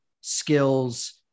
skills